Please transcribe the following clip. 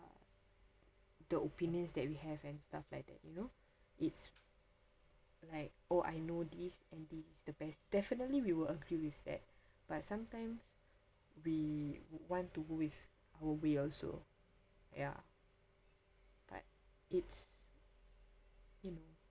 the opinions that we have and stuff like that you know it's like oh I know this and this is the best definitely we will agree with that but sometimes we want to go with our way also ya but it's you know